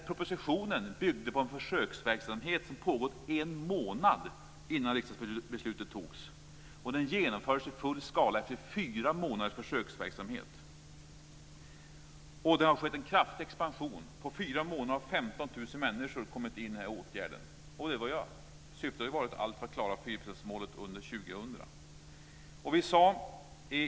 Propositionen byggde på en försöksverksamhet som hade pågått under en månad innan riksdagsbeslutet fattades, och det här genomfördes i full skala efter fyra månaders försöksverksamhet. Det har skett en kraftig expansion. På fyra månader har 15 000 människor kommit in i den här åtgärden. Syftet har ju varit att göra allt för att klara 4-procentsmålet under 2000.